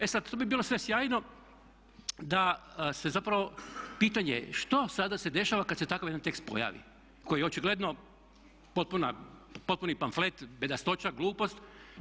E sad to bi bilo sve sjajno da se zapravo pitanje što sada se dešava kad se takav jedan tekst pojavi koji je očigledno potpuni pamflet bedastoća, gluposti.